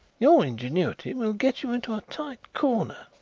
your ingenuity get you into a tight corner.